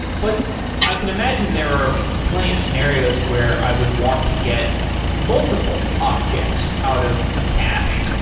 but i can imagine there are plenty of scenarios where i would want to get multiple objects out of a cache.